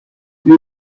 you